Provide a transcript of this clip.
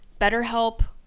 BetterHelp